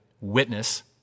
witness